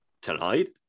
tonight